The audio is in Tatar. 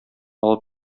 алып